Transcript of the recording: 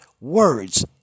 words